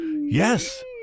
yes